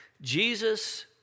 Jesus